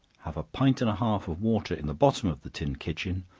have a pint and a half of water in the bottom of the tin kitchen,